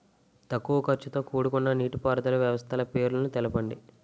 తక్కువ ఖర్చుతో కూడుకున్న నీటిపారుదల వ్యవస్థల పేర్లను తెలపండి?